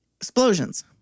explosions